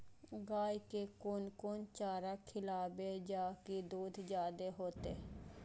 गाय के कोन कोन चारा खिलाबे जा की दूध जादे होते?